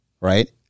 right